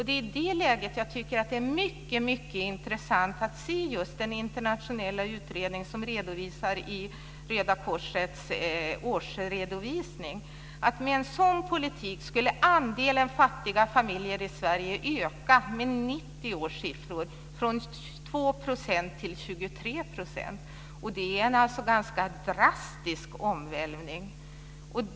Det är i det läget som jag tycker att det är mycket intressant att se den internationella utredning som redovisas i Röda Korsets årsredovisning. Men en sådan politik skulle andelen fattiga familjer i Sverige med 1990 års siffror öka från 2 % till 23 %. Det är alltså en ganska drastisk omvälvning.